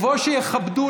אתה קובע,